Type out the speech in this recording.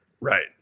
right